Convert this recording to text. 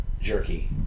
jerky